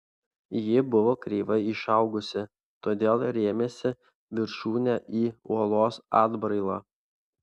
ji buvo kreivai išaugusi todėl rėmėsi viršūne į uolos atbrailą